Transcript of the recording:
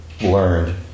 learned